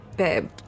babe